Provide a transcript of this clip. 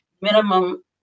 minimum